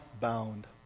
bound